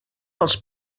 els